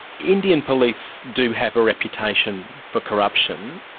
indian police do have a reputation for corruption,